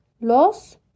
Los